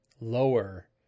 lower